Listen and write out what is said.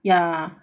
yeah